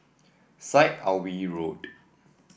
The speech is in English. Syed Alwi Road